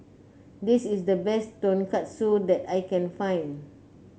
this is the best Tonkatsu that I can find